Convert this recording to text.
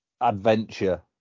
adventure